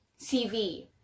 CV